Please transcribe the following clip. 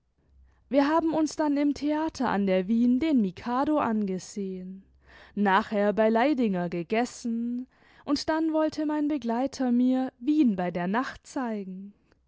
wir haben uns dann im theater an der wien den mikado angesehen nachher bei leidinger gegessen und dann wollte mein begleiter mir wien bei nacht zeigen